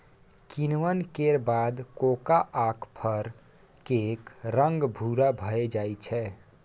किण्वन केर बाद कोकोआक फर केर रंग भूरा भए जाइ छै